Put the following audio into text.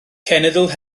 cenedl